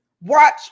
watch